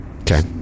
Okay